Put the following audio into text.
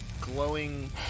glowing